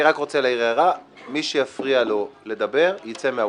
אני רוצה להעיר הערה: מי שיפריע לו לדבר יצא מהאולם,